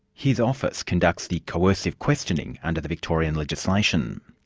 his office conducts the coercive questioning under the victorian legislation.